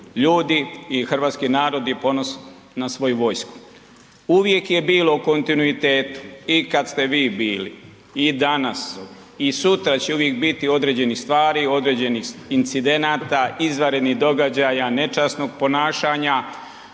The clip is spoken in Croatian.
ljudi i hrvatski narod je ponosan na svoju vojsku. Uvijek je bilo u kontinuitetu i kada ste vi bili i danas i sutra će uvijek biti određenih stvari, određenih incidenata, izvanrednih događaja nečasnog ponašanja,